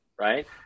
right